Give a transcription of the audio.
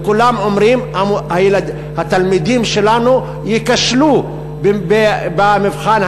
וכולם אומרים: התלמידים שלנו ייכשלו במבחן